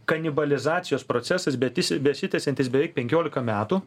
kanibalizacijos procesas bet jis besitęsiantis beveik penkiolika metų